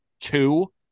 two